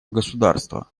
государства